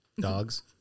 dogs